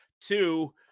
two